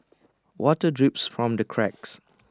water drips from the cracks